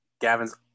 Gavin's